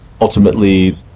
ultimately